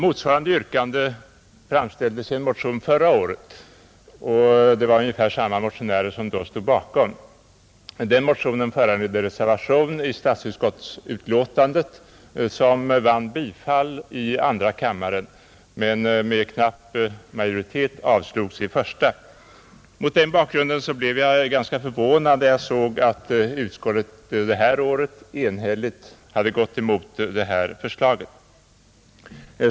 Motsvarande yrkande framställdes i en motion förra året, och det var ungefär samma motionärer som då stod bakom det. Den motionen föranledde en reservation vid statsutskottets utlåtande, vilken vann bifall i andra kammaren men med knapp majoritet avslogs i första kammaren. Mot den bakgrunden blev jag ganska förvånad när jag såg att utskottet detta år enhälligt hade gått emot förslaget.